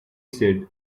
said